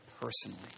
personally